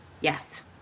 Yes